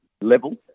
level